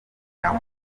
nawe